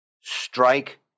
strike